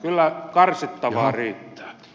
kyllä karsittavaa riittää